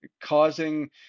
causing